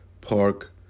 park